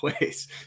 ways